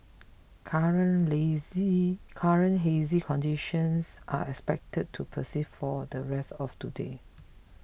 current lazy current hazy conditions are expected to persist for the rest of today